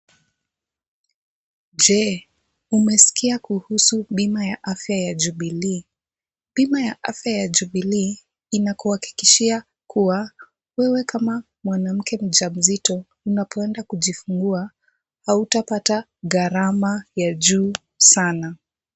Je umesikia kuhusu bima ya afya ya jubilee? Bima ya afya ya jubilee inakuhakikishia kuwa wewe kama mwanamke mjamzito unapoenda kujifungua, hautapata gharama ya juu sana.